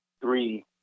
Three